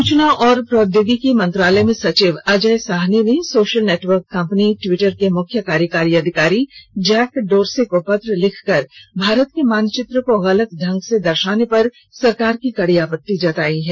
सूचना और प्रौद्योगिकी मंत्रालय में सचिव अजय साहनी ने सोशल नेटवर्क कम्पनी ट्वीटर के मुख्य कार्यकारी अधिकारी जैक डोरसे को पत्र लिखकर भारत के मानचित्र को गलत ढंग से दर्शाने पर सरकार की कड़ी आपित्त जताई है